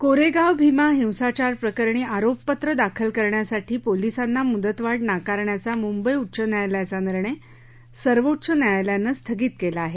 कोरेगाव भीमा हिंसाचारप्रकरणी आरोपपत्र दाखल करण्यासाठी पोलिसांना मुदतवाढ नाकारण्याचा मुंबई उच्च न्यायालयाचा निर्णय सर्वोच्च न्यायालयानं स्थगित केला आहे